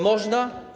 Można?